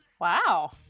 Wow